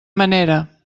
manera